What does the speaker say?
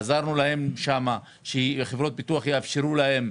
עזרנו להם כדי שחברות ביטוח יאפשרו להם.